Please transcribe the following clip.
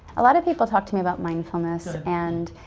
a lot of people talk to me about mindfulness and,